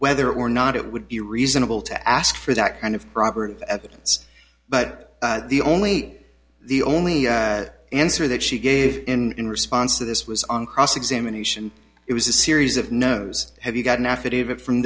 whether or not it would be reasonable to ask for that kind of robert evans but the only the only answer that she gave in response to this was on cross examination it was a series of nos have you got an affidavit from